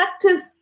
practice